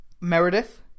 Meredith